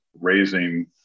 raising